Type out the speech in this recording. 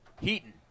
Heaton